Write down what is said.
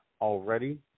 already